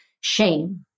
shame